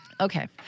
Okay